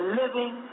living